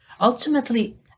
ultimately